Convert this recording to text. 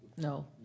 No